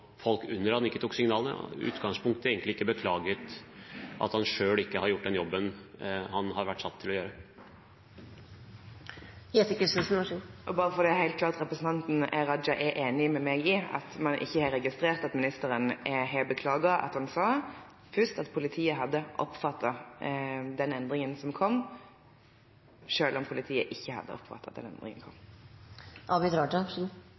utgangspunktet egentlig ikke beklaget at han selv ikke har gjort den jobben han har vært satt til å gjøre. Bare for å gjøre det helt klart: Representanten Raja er enig med meg i at man ikke har registrert at ministeren har beklaget at han først sa at politiet hadde oppfattet den endringen som kom, selv om politiet ikke hadde oppfattet at den endringen